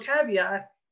caveat